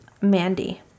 Mandy